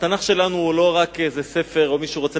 התנ"ך שלנו הוא לא רק איזה ספר היסטוריה,